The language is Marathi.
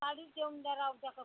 साडीच देऊन द्या राहू द्या कपडे